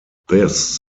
this